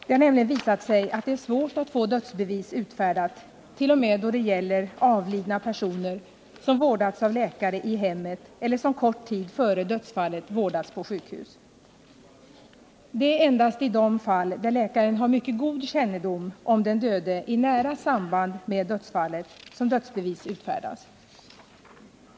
Det har nämligen visat sig att det är svårt att få dödsbevis utfärdat t.o.m. då det gäller avlidna personer som vårdats av läkare i hemmet eller som kort tid före dödsfallet vårdats på sjukhus. Det är endast i de fall där läkaren har mycket god kännedom om den döde i nära samband med dödsfallet som dödsbevis utfärdas.